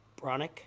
Bronick